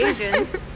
Asians